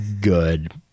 good